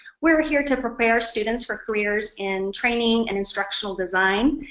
we are here to prepare students for careers in training and and structural design.